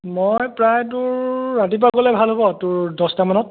মই প্ৰায় তোৰ ৰাতিপুৱা গ'লে ভাল হ'ব তোৰ দহটামানত